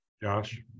Josh